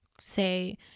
say